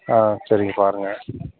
ஆ சரிங்க பாருங்க